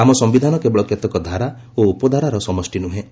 ଆମ ସମ୍ଭିଧାନ କେବଳ କେତେକ ଧାରା ଓ ଉପଧାରାର ସମଷ୍ଟି ନୁହେଁ